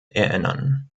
erinnern